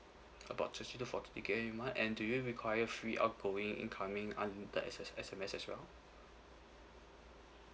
about thirty to forty gigabyte ah and do you require free outgoing incoming un~ the S_S S_M_S as well